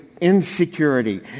insecurity